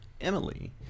Emily